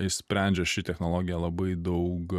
išsprendžia ši technologija labai daug